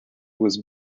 was